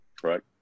correct